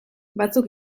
batzuk